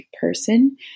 person